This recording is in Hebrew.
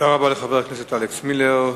תודה רבה לחבר הכנסת אלכס מילר.